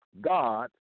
God